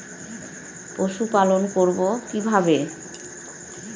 পশুপালন করব কিভাবে?